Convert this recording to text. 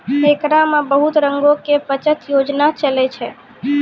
एकरा मे बहुते रंगो के बचत योजना चलै छै